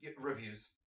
reviews